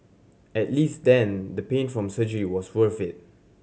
at least then the pain from surgery was worth it